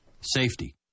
Safety